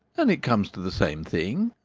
and it comes to the same thing.